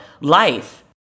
life